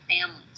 families